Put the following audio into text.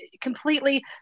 completely